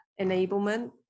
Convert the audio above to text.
enablement